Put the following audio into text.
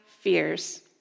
fears